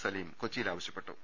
സലീം കൊച്ചിയിൽ ആവശ്യപ്പെട്ടു